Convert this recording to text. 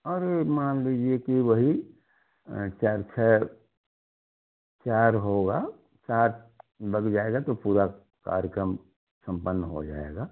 अरे मान लीजिए कि वही चार छः चार होगा सात लग जाएगा तो पूरा कार्यक्रम संपन्न हो जाएगा